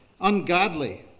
ungodly